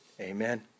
amen